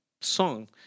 song